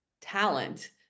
talent